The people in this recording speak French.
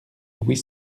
huit